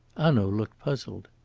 hanaud looked puzzled.